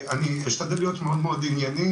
אני אשתדל להיות מאוד ענייני.